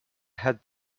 had